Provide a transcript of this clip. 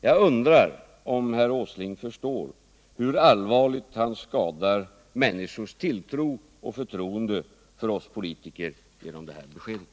Jag undrar om herr Åsling förstår hur allvarligt han skadar människors tilltro till och förtroende för oss politiker genom det här beskedet.